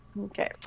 Okay